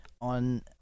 on